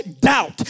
doubt